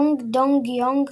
הונג דוק-יונג